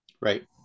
Right